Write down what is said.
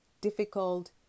difficult